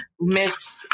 miss